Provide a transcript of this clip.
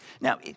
Now